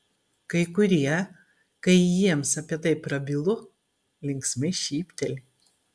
kai kurie kai jiems apie tai prabylu linksmai šypteli